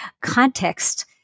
context